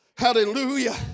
Hallelujah